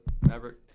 Maverick